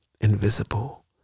Invisible